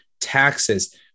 taxes